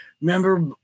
Remember